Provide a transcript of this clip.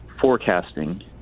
forecasting